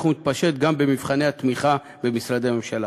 ומתפשט גם במבחני התמיכה במשרדי הממשלה.